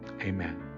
amen